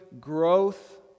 growth